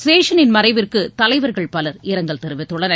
சேஷனின் மறைவிற்கு தலைவர்கள் பலர் இரங்கல் தெரிவித்துள்ளனர்